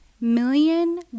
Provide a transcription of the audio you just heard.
million